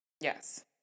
Yes